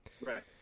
right